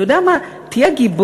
אתה יודע מה, תהיה גיבור,